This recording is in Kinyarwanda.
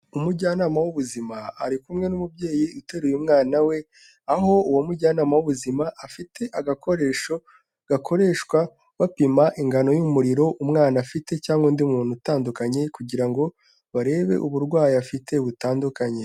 Umujyanama w'ubuzima ari kumwe n'umubyeyi uteruye umwana we, aho uwo mujyanama w'ubuzima afite agakoresho gakoreshwa bapima ingano y'umuriro umwana afite cyangwa undi muntu utandukanye kugira ngo barebe uburwayi afite butandukanye.